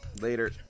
Later